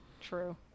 True